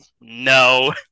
No